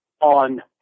on